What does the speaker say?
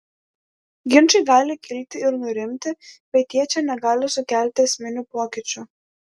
ginčai gali kilti ir nurimti bet jie čia negali sukelti esminių pokyčių